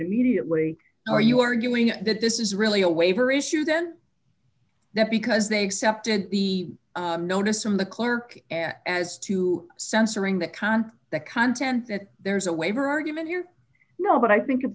immediately are you arguing that this is really a waiver issue then that because they accepted the notice from the clerk as to censoring the content the content that there is a waiver argument you know but i think it's